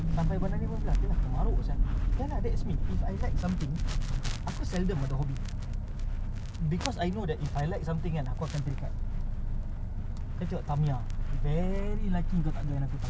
ah it seems like they scary wanna file share link yang Stargate tu dekat WhatsApp group dia share link tu dengan benda ni lah jadi aku pun teringat aku punya childhood aku terus share clear gambar Tamiya aku dia orang semua terperanjat ah